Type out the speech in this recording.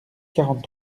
quarante